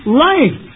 life